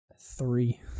Three